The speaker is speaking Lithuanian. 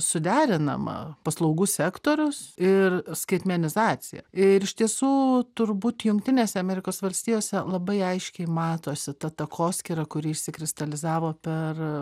suderinama paslaugų sektorius ir skaitmenizacija ir iš tiesų turbūt jungtinėse amerikos valstijose labai aiškiai matosi ta takoskyra kuri išsikristalizavo per